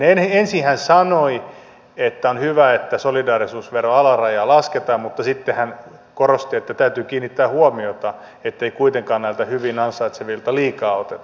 ensin hän sanoi että on hyvä että solidaarisuusveron alarajaa lasketaan mutta sitten hän korosti että täytyy kiinnittää huomiota ettei kuitenkaan näiltä hyvin ansaitsevilta liikaa oteta